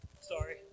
Sorry